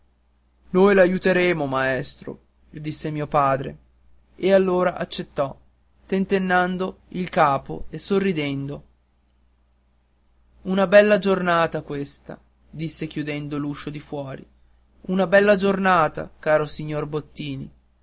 altri noi l'aiuteremo maestro disse mio padre e allora accettò tentennando il capo e sorridendo una bella giornata questa disse chiudendo l'uscio di fuori una bella giornata caro signor bottini